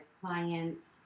clients